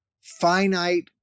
finite